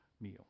meal